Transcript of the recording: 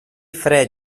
fred